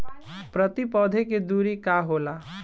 प्रति पौधे के दूरी का होला?